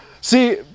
See